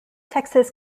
texas